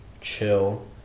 chill